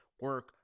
Work